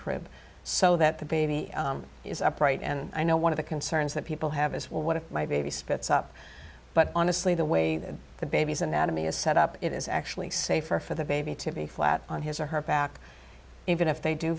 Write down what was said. crib so that the baby is upright and i know one of the concerns that people have is well what if my baby spits up but honestly the way that the baby's anatomy is set up it is actually safer for the baby to be flat on his or her back even if they do